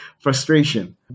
frustration